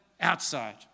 outside